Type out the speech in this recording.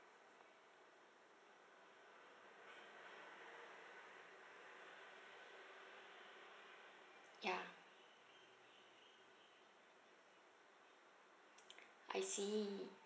ya I see